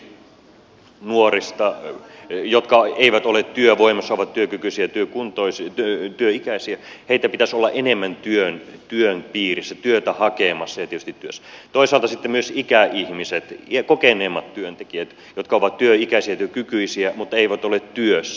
esimerkiksi nuoria jotka eivät ole työvoimassa ovat työkykyisiä ja työikäisiä pitäisi olla enemmän työn piirissä työtä hakemassa ja tietysti työssä toisaalta sitten myös ikäihmisiä ja kokeneempia työntekijöitä jotka ovat työikäisiä ja työkykyisiä mutta eivät ole työssä